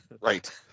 Right